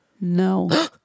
No